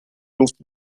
luft